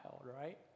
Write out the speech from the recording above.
right